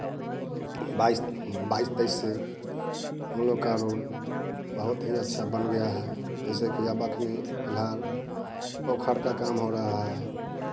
बाईस बाईस तेईस से हम लोग का रोड बहुत हीं अच्छा बन गया है जैसे कि अब अखनि फ़िलहाल पोखर का काम हो रहा है